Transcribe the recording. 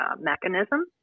Mechanism